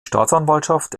staatsanwaltschaft